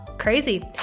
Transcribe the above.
crazy